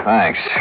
Thanks